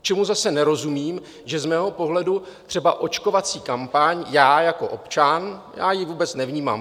Čemu zase nerozumím, že z mého pohledu třeba očkovací kampaň já jako občan ji vůbec nevnímám.